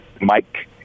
Mike